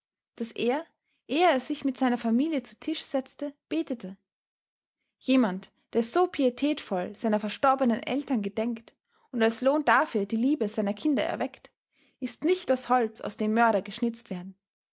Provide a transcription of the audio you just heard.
daß er ehe er sich mit seiner familie zu tisch setzte betete jemand der so pietätvoll seiner verstorbenen eltern gedenkt und als lohn dafür die liebe seiner kinder erweckt ist nicht das holz aus dem mörder geschnitzt werden